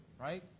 right